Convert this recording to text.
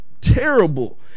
terrible